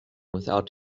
without